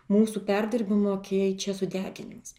mūsų perdirbimo keičia sudeginimas